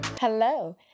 Hello